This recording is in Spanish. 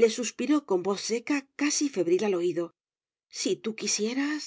le suspiró con voz seca casi febril al oído si tú quisieras